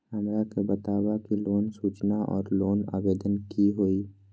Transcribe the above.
हमरा के बताव कि लोन सूचना और लोन आवेदन की होई?